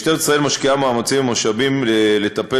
2 3. משטרת ישראל משקיעה מאמצים ומשאבים לטפל